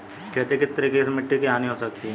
खेती के किस तरीके से मिट्टी की हानि हो सकती है?